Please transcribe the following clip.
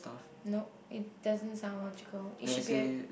nope it doesn't sound logical it should be